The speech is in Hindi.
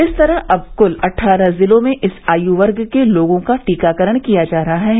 इस तरह अब कुल अट्ठारह जिलों में इस आयु वर्ग के लोगों का टीकाकरण किया जा रहा है